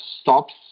stops